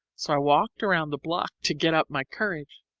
so i walked around the block to get up my courage.